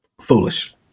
Foolish